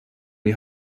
die